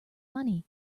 money